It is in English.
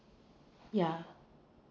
yeah